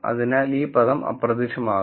അതിനാൽ ഈ പദം അപ്രത്യക്ഷമാകും